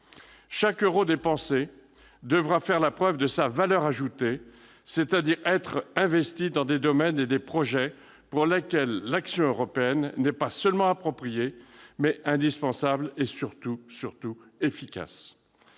Chaque euro dépensé devra faire la preuve de sa valeur ajoutée, c'est-à-dire être investi dans des domaines et des projets pour lesquels l'action européenne n'est pas seulement appropriée, mais indispensable et, surtout, efficace.